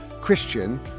Christian